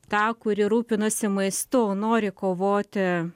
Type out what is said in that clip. ta kuri rūpinosi maistu o nori kovoti